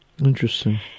Interesting